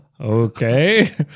okay